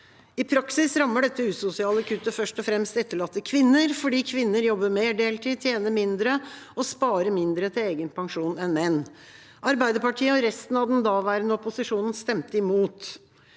I praksis rammer dette usosiale kuttet først og fremst etterlatte kvinner, fordi kvinner jobber mer deltid, tjener mindre og sparer mindre til egen pensjon enn menn. Arbeiderpartiet og resten av den daværende opposisjonen stemte imot.